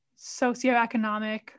socioeconomic